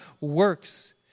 works